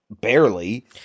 barely